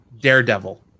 Daredevil